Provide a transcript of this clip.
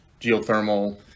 geothermal